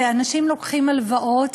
ואנשים לוקחים הלוואות,